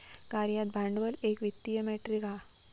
कार्यरत भांडवल एक वित्तीय मेट्रीक हा